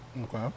Okay